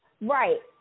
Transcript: Right